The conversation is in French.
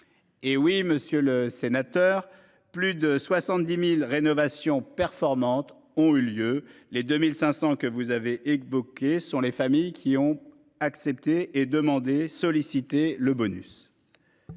Eh oui, monsieur le sénateur. Plus de 70.000 rénovations performantes ont eu lieu les 2500 que vous avez évoqué, ce sont les familles qui ont accepté et demandé sollicité le bonus.